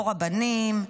פה רבנים,